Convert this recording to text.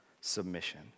submission